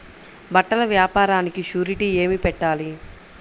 బట్టల వ్యాపారానికి షూరిటీ ఏమి పెట్టాలి?